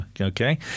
Okay